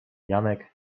janek